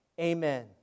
Amen